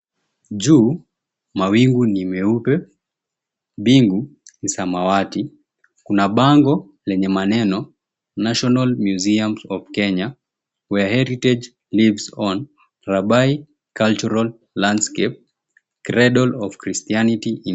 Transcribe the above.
Juu, mawingu ni meupe. Mbingu ni samawati. Kuna bango lenye maneno, National Museums of Kenya, Where Heritage Lives On, Rabai Cultural Landscape, Cradle of Christianity in.